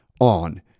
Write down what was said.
on